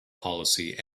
policy